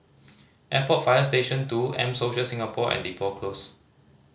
Airport Fire Station Two M Social Singapore and Depot Close